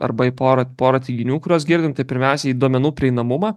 arba į porą porą teiginių kuriuos girdim tai pirmiausiai į duomenų prieinamumą